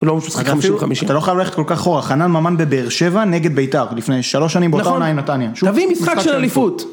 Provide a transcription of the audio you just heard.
אתה לא חייב ללכת כל כך אחורה, חנן ממן בבאר שבע נגד ביתר לפני שלוש שנים באותה עונה עם נתניה תביאי משחק של אליפות